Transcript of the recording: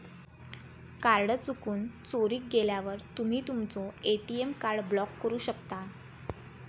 card चुकून, चोरीक गेल्यावर तुम्ही तुमचो ए.टी.एम कार्ड ब्लॉक करू शकता